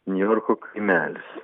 niujorko kaimelis